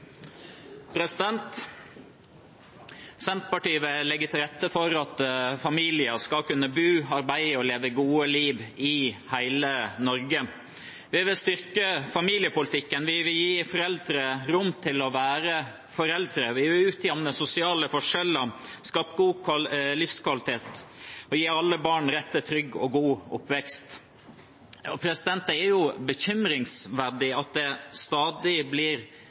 Senterpartiet vil legge til rette for at familier skal kunne bo, arbeide og leve gode liv i hele Norge. Vi vil styrke familiepolitikken, vi vil gi foreldre rom til å være foreldre, vi vil utjevne sosiale forskjeller, skape god livskvalitet og gi alle barn rett til